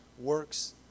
works